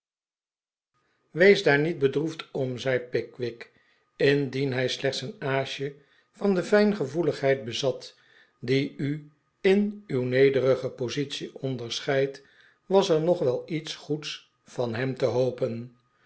wees daar niet bedroefd om zei pickwick indien hij slechts een aasje van de fijngevoeligheid bezat die u in uw nederige positie onderscheidt was er nog wel iets goeds van hem te hopen